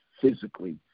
physically